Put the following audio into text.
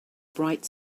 bright